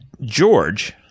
George